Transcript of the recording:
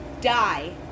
die